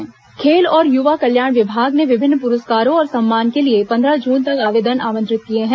राज्य पुरस्कार आवेदन खेल और युवा कल्याण विभाग ने विभिन्न पुरस्कारों और सम्मान के लिए पंद्रह जून तक आवेदन आमंत्रित किए हैं